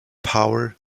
power